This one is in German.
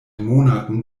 monaten